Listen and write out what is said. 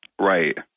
Right